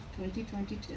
2022